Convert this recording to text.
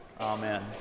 Amen